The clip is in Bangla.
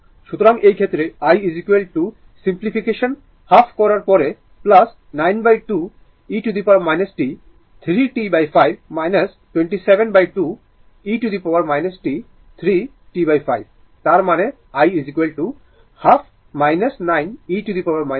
সুতরাং এই ক্ষেত্রে i সিমপ্লিফিকেশন হাফ করার পরে 92 e t 3 t5 272 e t 3 t5 তার মানে i half 9 e t 3 t5 ampere